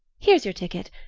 here's your ticket.